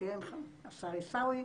השר עיסאווי,